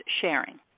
sharing